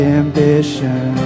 ambition